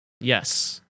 Yes